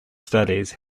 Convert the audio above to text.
studies